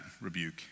rebuke